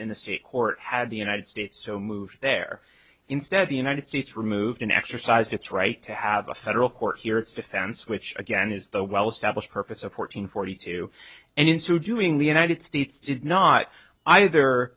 in the state court had the united states so moved there instead the united states removed an exercised its right to have a federal court here its defense which again is the well established purpose of fourteen forty two and in so doing the united states did not either